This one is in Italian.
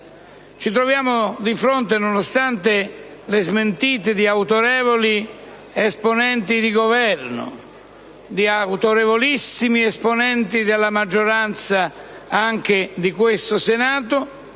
Ci troviamo, nonostante le smentite di autorevoli esponenti di Governo e di autorevolissimi esponenti della maggioranza, anche del Senato,